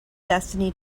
destiny